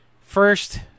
First